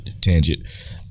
tangent